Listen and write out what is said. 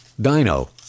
dino